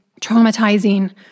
traumatizing